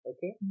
Okay